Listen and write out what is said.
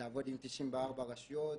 לעבוד עם 94 רשויות,